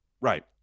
right